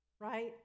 right